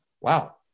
Wow